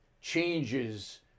changes